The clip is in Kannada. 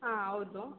ಹಾಂ ಹೌದು